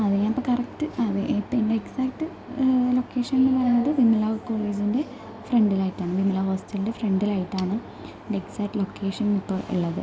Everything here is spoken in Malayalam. അത് ഞാൻ ഇപ്പം കറക്റ്റ് ആ ഇപ്പം ഇട്ന്ന് എക്സാറ്റ് ലൊക്കേഷൻ എന്ന് പറയുന്നത് വിമല കോളേജിൻ്റെ ഫ്രെണ്ടിലായിട്ടാണ് വിമല ഹോസ്റ്റലിൻ്റെ ഫ്രെണ്ടിലായിട്ടാണ് എക്സാറ്റ് ലൊക്കേഷൻ ഇപ്പോൾ ഉള്ളത്